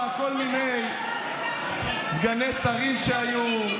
מצחיק אותי לשמוע כל מיני סגני שרים שהיו,